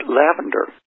lavender